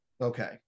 okay